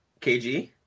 KG